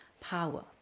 power